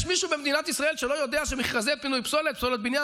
יש מישהו במדינת ישראל שלא יודע שמכרזי פינוי פסולת בניין